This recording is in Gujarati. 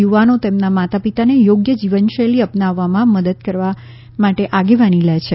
યુવાનો તેમના માતાપિતાને યોગ્ય જીવનશૈલી અપનાવવામાં મદદ કરવા માટે આગેવાની લે છે